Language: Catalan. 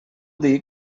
dir